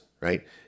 right